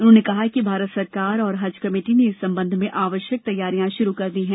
उन्होंने कहा कि भारत सरकार और हज कमेटी ने इस संबंध में आवश्यक तैयारियां शुरू कर दी हैं